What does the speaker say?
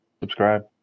subscribe